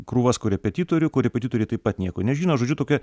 krūvas korepetitorių korepetitoriai taip pat nieko nežino žodžiu tokia